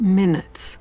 minutes